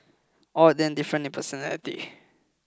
all of them different in personality